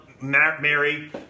Mary